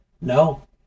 no